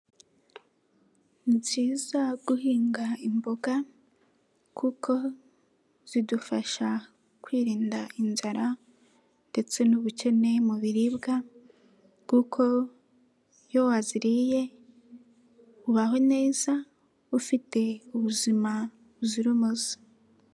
Ni byiza guhinga imboga kuko zidufasha kwirinda inzara ndetse n'ubukene mu biribwa kuko iyo waziriye ubaho neza ufite ubuzima buzira umuze.